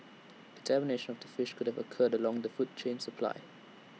contamination of the fish could have occurred along the food chain supply